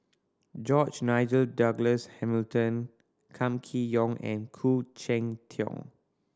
George Nigel Douglas Hamilton Kam Kee Yong and Khoo Cheng Tiong